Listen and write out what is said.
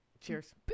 Cheers